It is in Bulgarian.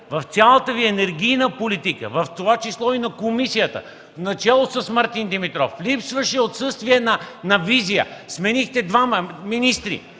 в цялата Ви енергийна политика, в това число и в комисията, начело с Мартин Димитров – отсъствие на визия! Сменихте двама министри!